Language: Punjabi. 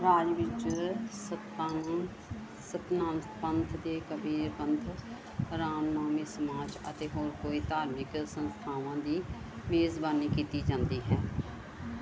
ਰਾਜ ਵਿੱਚ ਸਤਨਾਮ ਸਤਨਾਮਪੰਥ ਅਤੇ ਕਬੀਰਪੰਥ ਰਾਮਨਾਮੀ ਸਮਾਜ ਅਤੇ ਹੋਰ ਕਈ ਧਾਰਮਿਕ ਸੰਸਥਾਵਾਂ ਦੀ ਮੇਜ਼ਬਾਨੀ ਕੀਤੀ ਜਾਂਦੀ ਹੈ